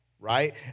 right